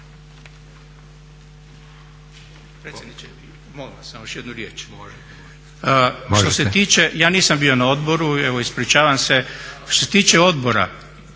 Predsjedniče, molim vas samo još jednu riječ.